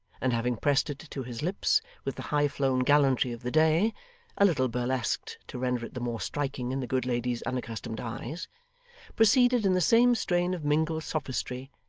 and having pressed it to his lips with the highflown gallantry of the day a little burlesqued to render it the more striking in the good lady's unaccustomed eyes proceeded in the same strain of mingled sophistry,